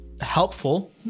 helpful